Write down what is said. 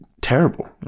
terrible